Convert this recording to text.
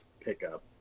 pickup